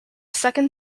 second